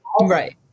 right